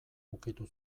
ukitu